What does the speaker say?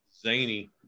zany –